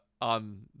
on